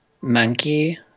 Monkey